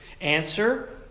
Answer